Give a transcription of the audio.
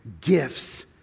gifts